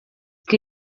que